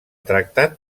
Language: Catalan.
tractat